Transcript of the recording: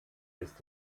ist